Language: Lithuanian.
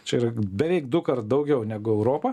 čia yra beveik dukart daugiau negu europa